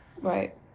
Right